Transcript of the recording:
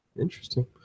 Interesting